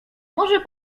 może